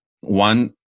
one